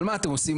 אבל מה אתם עושים?